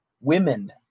women